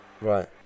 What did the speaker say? Right